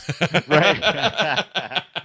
Right